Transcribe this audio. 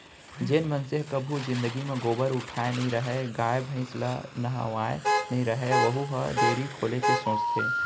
जेन मनसे ह कभू जिनगी म गोबर उठाए नइ रहय, गाय भईंस ल नहवाए नइ रहय वहूँ ह डेयरी खोले के सोचथे